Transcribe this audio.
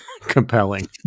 compelling